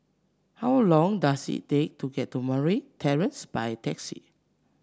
how long does it take to get to Murray Terrace by taxi